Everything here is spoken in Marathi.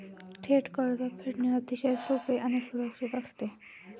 थेट कर्ज फेडणे अतिशय सोपे आणि सुरक्षित असते